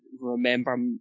remember